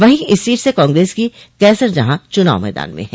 वहीं इस सीट से कांग्रेस की कैसरजहां चनाव मैदान में है